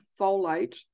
folate